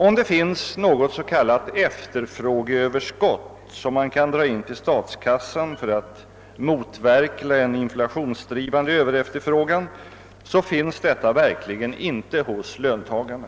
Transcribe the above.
Om det finns något s.k. efterfrågeöverskott som man kan dra in till statskassan för att motverka en inflationsdrivande överefterfrågan, finns det verkligen inte hos löntagarna.